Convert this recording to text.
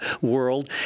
world